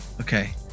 okay